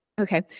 okay